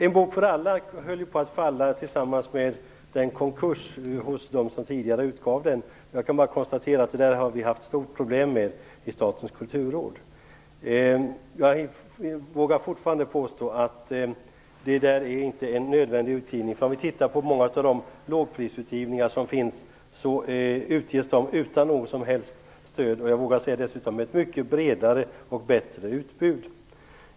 En Bok För Alla höll på att falla i samband med att de som tidigare utgav den serien gick i konkurs. Jag kan bara konstatera att vi har haft stora problem med det här i Statens kulturråd. Jag vågar fortfarande påstå att det inte är fråga om en nödvändig utgivning. Många av de lågprissatsningar som görs sker utan något som helst stöd. Jag vågar dessutom säga att de har ett mycket bredare och bättre utbud.